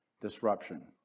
disruption